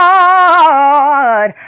Lord